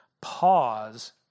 pause